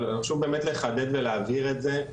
אבל חשוב באמת לחדד ולהבהיר את זה,